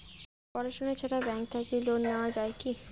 পড়াশুনা ছাড়া ব্যাংক থাকি লোন নেওয়া যায় কি?